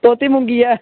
धोती मूंगी ऐ